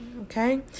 Okay